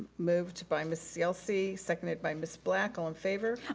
moved by miss yelsey, seconded by miss black. all in favor?